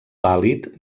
pàl·lid